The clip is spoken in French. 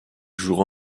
jouera